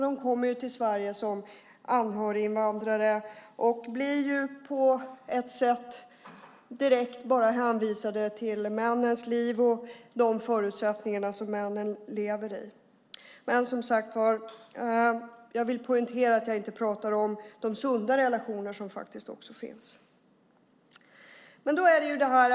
De kommer till Sverige som anhöriginvandrare och blir direkt hänvisade till männens liv och de förutsättningar som männen lever under. Jag vill poängtera att jag inte pratar om de sunda relationer som också finns.